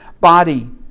body